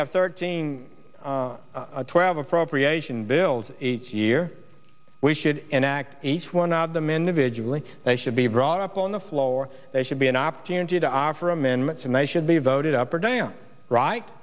have thirteen twelve appropriation bills each year we should enact each one of them individually they should be brought up on the floor they should be an opportunity to offer amendments and they should be voted up or down right